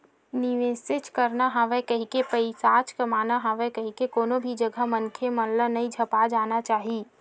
निवेसेच करना हवय कहिके, पइसाच कमाना हवय कहिके कोनो भी जघा मनखे मन ल नइ झपा जाना चाही